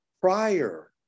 prior